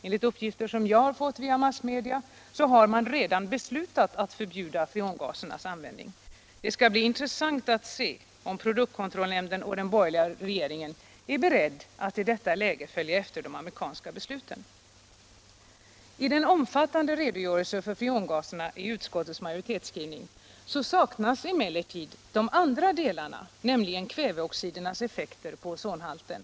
Enligt uppgifter som jag har fått via massmedia har man redan beslutat att förbjuda användningen av dessa gaser. Det skall bli intressant att se om produktkontrollnämnden och den borgerliga regeringen är beredda att i detta läge följa efter de amerikanska besluten. I den omfattande redogörelsen för freongaserna i utskottets majoritetsskrivning saknas emellertid de andra delarna, nämligen kväveoxidernas effekter på ozonhalten.